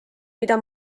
mida